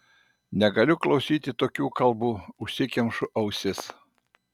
negaliu klausyti tokių kalbų užsikemšu ausis